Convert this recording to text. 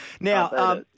Now